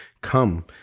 come